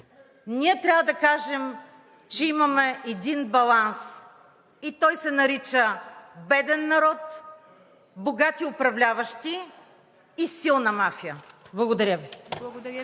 ние трябва да кажем, че имаме един баланс и той се нарича: беден народ, богати управляващи и силна мафия. Благодаря Ви.